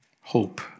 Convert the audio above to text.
hope